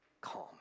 calm